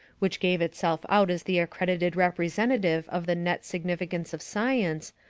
which gave itself out as the accredited representative of the net significance of science,